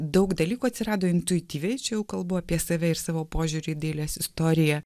daug dalykų atsirado intuityviai čia jau kalbu apie save ir savo požiūrį į dailės istoriją